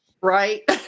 Right